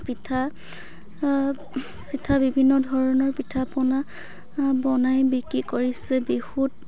পিঠা চিঠা বিভিন্ন ধৰণৰ পিঠা পনা বনাই বিক্ৰী কৰিছে বিহুত